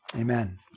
amen